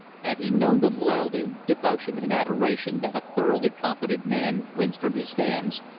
had he known the loyalty, devotion, and adoration that a thoroughly competent man wins from his hands,